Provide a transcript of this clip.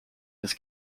his